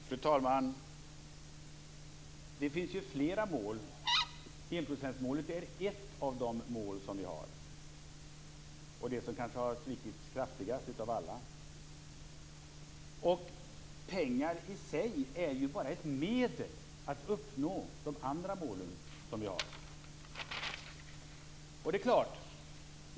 Fru talman! Det finns flera mål. Enprocentsmålet är ett av de mål vi har, det som kanske har svikits kraftigast av dem alla. Pengar i sig är ju bara ett medel för att uppnå de andra målen.